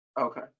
Okay